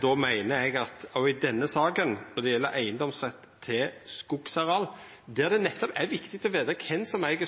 Då meiner eg at òg i denne saka, når det gjeld eigedomsrett til skogsareal, er det viktig å vita kven som eig